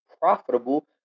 profitable